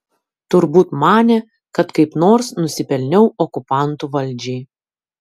turbūt manė kad kaip nors nusipelniau okupantų valdžiai